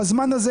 בזמן הזה,